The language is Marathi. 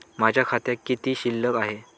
माझ्या खात्यात किती शिल्लक आहे?